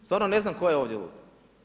Stvarno ne znam tko je ovdje lud?